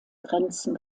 grenzen